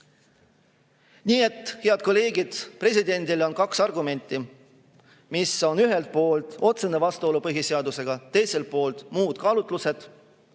Nii et, head kolleegid, presidendil on kaks argumenti: ühelt poolt otsene vastuolu põhiseadusega ja teiselt poolt muud kaalutlused.